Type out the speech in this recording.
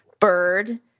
bird